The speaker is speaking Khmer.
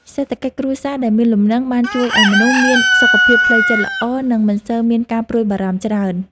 សេដ្ឋកិច្ចគ្រួសារដែលមានលំនឹងបានជួយឱ្យមនុស្សមានសុខភាពផ្លូវចិត្តល្អនិងមិនសូវមានការព្រួយបារម្ភច្រើន។